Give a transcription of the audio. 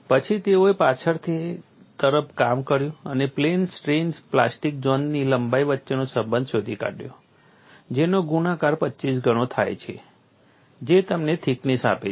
પછી તેઓએ પાછળની તરફ કામ કર્યું અને પ્લેન સ્ટ્રેઇનમાં પ્લાસ્ટિક ઝોનની લંબાઈ વચ્ચેનો સંબંધ શોધી કાઢ્યો જેનો ગુણાકાર 25 ગણો થાય છે જે તમને થિકનેસ આપે છે